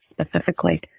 specifically